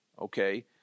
Okay